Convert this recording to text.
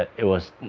it was